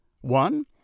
One